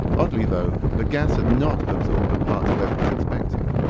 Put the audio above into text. oddly though, the gas had not absorbed the parts webb was expecting.